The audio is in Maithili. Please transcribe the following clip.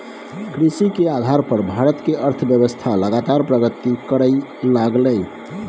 कृषि के आधार पर भारत के अर्थव्यवस्था लगातार प्रगति करइ लागलइ